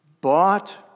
bought